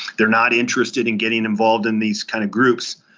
they're not interested in getting involved in these kind of groups,